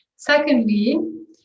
Secondly